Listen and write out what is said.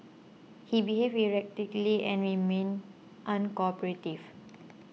he behaved erratically and remained uncooperative